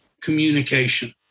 communication